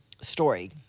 story